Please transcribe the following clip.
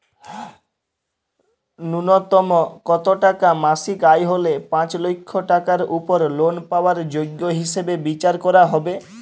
ন্যুনতম কত টাকা মাসিক আয় হলে পাঁচ লক্ষ টাকার উপর লোন পাওয়ার যোগ্য হিসেবে বিচার করা হবে?